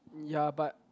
ya but